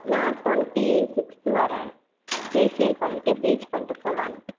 நான் twenty sixth வரேன் facial பண்ணிட்டு ப்ளீச் பண்ணிட்டு போலான்ட்டு